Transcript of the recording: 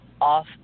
off